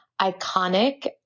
iconic